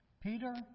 Peter